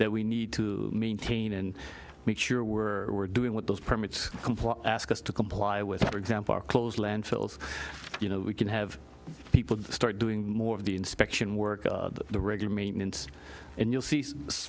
that we need to maintain and make sure were doing what those permits ask us to comply with for example are closed landfills you know we can have people start doing more of the inspection work the regular maintenance and you'll se